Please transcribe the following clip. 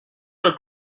were